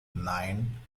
nine